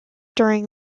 during